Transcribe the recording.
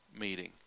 meeting